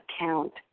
account